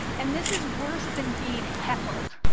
and this is worse than being heckled.